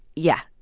yeah.